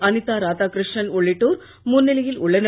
அனிதாராதாகிருஷணன்உள்ளிட்டோர்முன்னிலையில்உள்ளனர்